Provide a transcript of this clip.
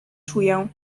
czuję